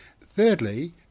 thirdly